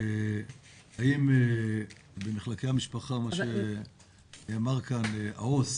האם במחלקי המשפחה, מה שנאמר כאן, העו"ס